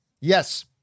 Yes